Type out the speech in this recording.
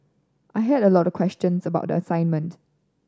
I had a lot of questions about the assignment